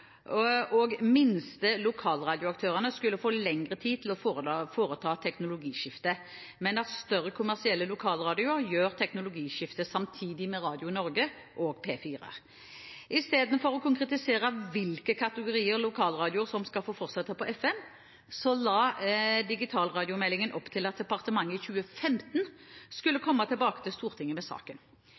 og minste lokalradioaktørene skulle få lengre tid til å foreta teknologiskiftet, men at større kommersielle lokalradioer gjør teknologiskiftet samtidig med Radio Norge og P4. Istedenfor å konkretisere hvilke kategorier lokalradioer som skal få fortsette på FM, la digitalradiomeldingen opp til at departementet i 2015 skulle komme tilbake til Stortinget med saken.